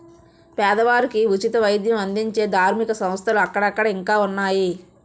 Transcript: పేదవారికి ఉచిత వైద్యం అందించే ధార్మిక సంస్థలు అక్కడక్కడ ఇంకా ఉన్నాయి